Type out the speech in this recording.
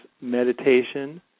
meditation